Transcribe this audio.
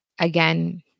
again